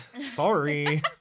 Sorry